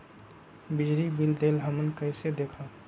बिजली बिल देल हमन कईसे देखब?